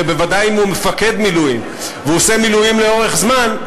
ובוודאי אם הוא מפקד מילואים והוא עושה מילואים לאורך זמן,